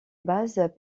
bases